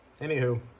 anywho